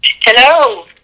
Hello